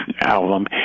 album